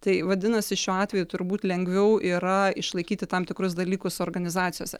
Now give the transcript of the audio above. tai vadinasi šiuo atveju turbūt lengviau yra išlaikyti tam tikrus dalykus organizacijose